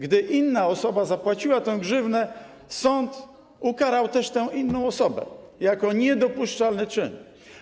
Gdy inna osoba zapłaciła tę grzywnę, sąd ukarał też tę inną osobę za ten niedopuszczalny czyn.